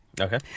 Okay